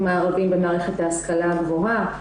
תודה רבה,